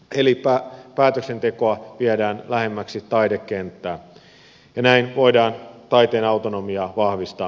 eli päätöksentekoa viedään lähemmäksi taidekenttää ja näin voidaan taiteen autonomiaa vahvistaa